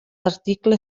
article